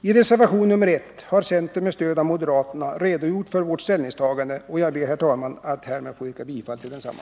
I reservation nr I har centern med stöd av moderaterna redogjort för vårt ställningstagande, och jag ber, herr talman, att härmed få yrka bifall till densamma.